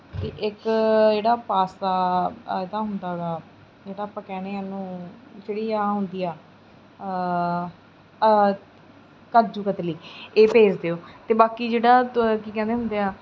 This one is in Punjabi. ਅਤੇ ਇੱਕ ਜਿਹੜਾ ਪਾਸਤਾ ਇਹਦਾ ਹੁੰਦਾ ਹੈਗਾ ਜਿਹੜਾ ਆਪਾਂ ਕਹਿੰਦੇ ਹਾਂ ਇਹਨੂੰ ਜਿਹੜੀ ਆ ਹੁੰਦੀ ਆ ਕਾਜੂ ਕਤਲੀ ਇਹ ਭੇਜ ਦਿਓ ਅਤੇ ਬਾਕੀ ਜਿਹੜਾ ਤਾਂ ਕੀ ਕਹਿੰਦੇ ਹੁੰਦੇ ਆ